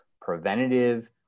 preventative